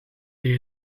the